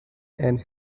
and